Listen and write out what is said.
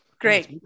Great